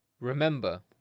Remember